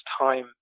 time